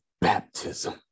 baptism